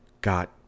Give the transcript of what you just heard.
got